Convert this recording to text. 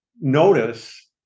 notice